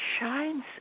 shines